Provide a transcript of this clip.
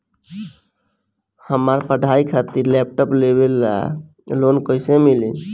हमार पढ़ाई खातिर लैपटाप लेवे ला लोन कैसे मिली?